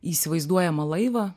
įsivaizduojamą laivą